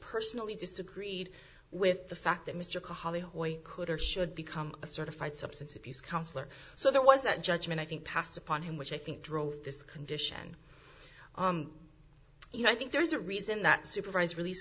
personally disagreed with the fact that mr kahala could or should become a certified substance abuse counselor so there was that judgment i think passed upon him which i think drove this condition you know i think there is a reason that supervised release